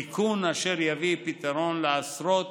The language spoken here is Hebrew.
תיקון אשר יביא פתרון לעשרות